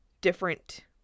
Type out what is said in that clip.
different